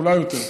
אולי יותר.